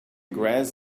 grass